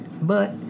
but